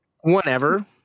whenever